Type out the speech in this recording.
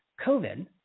COVID